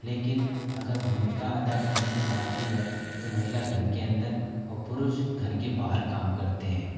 लेकिन अगर भूमिका अदा करने की बात की जाए तो महिला घर के अंदर और पुरुष घर के बाहर काम करते हैं